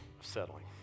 settling